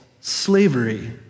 slavery